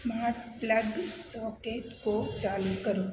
smart plug socket को चालू करो